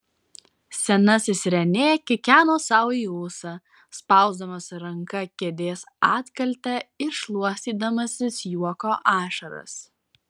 senasis renė kikeno sau į ūsą spausdamas ranka kėdės atkaltę ir šluostydamasis juoko ašaras